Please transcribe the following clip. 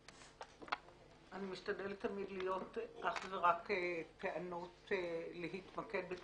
אני משתדלת תמיד להתמקד אך ורק בטענות מקצועיות,